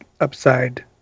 upside